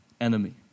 enemy